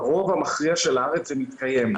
ברוב המכריע של הארץ זה מתקיים.